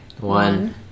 One